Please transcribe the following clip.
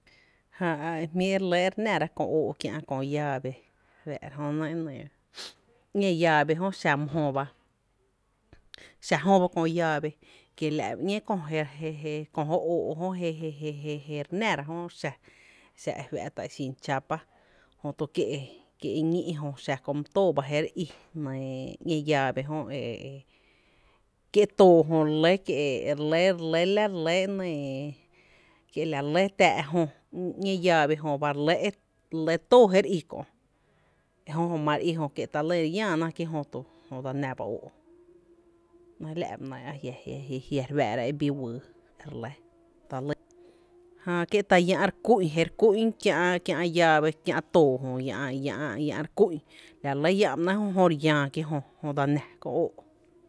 Jää e jmí’ re lɇ re nára köö óó’ kiä’ kÖö llave re fáá’ra jö e nɇɇ, ñee llave jö xa jöba, xa jö llave kiela’ ba ‘ñéé kö jó óó’ je jé, jé re nára jö xa, xa e fa’ta’ e xin chapa, J´to kie’ ñí’ jö, kie’ ñí’ jö ba xa köö my tóó ba e nɇɇ ‘ñee llave jö e nɇɇ kie’ too jö re lɇ, la re lɇ e nɇɇ la re lɇ tⱥⱥ’ jö ‘ñee llave jö ba re lɇ too je re i kö’ e jö jö mare í jö ta lyn re lláa ná jö dse ná ba óó’ ‘néé’ la’ ba néé’ a jia’ re fáá’ra e bii wyy, jäa kie’ ta lyn re kú’n ba kiä’ llave kiä’ too jö llá’ re ku´’n ekiela’ ba néé’ e dse ná köö óó’.